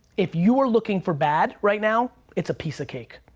if you are looking for bad right now, it's a piece of cake.